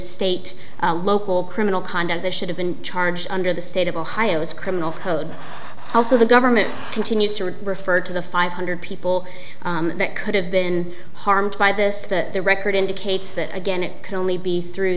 state local criminal conduct that should have been charged under the sate of ohio's criminal code also the government continues to refer to the five hundred people that could have been harmed by this the record indicates that again it can only be through